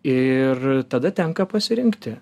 ir tada tenka pasirinkti